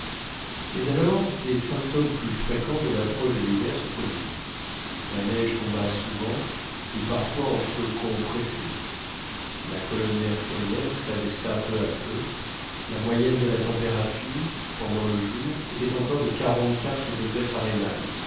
mais alors des symptômes plus fréquents de l'approche de l'hiver se produisirent la neige tomba souvent et parfois en flocons pressés la colonne mercurielle s'abaissa peu à peu la moyenne de la température pendant le jour était encore de quarante-quatre degrés fahrenheit